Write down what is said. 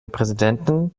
präsidenten